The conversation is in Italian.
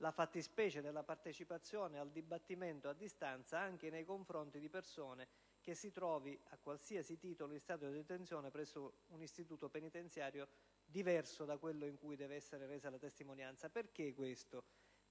la fattispecie della partecipazione al dibattimento a distanza anche nei confronti di persona che si trovi a qualsiasi titolo in stato di detenzione presso un istituto penitenziario» diverso da quello in cui deve essere resa la testimonianza. Ciò